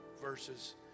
verses